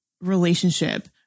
relationship